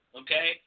okay